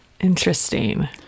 Interesting